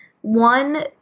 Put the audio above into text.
One